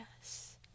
Yes